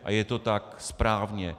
A je to tak správně.